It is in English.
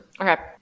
okay